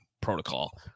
protocol